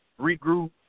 regroup